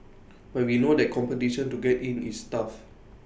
but we know that competition to get in is tough